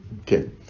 okay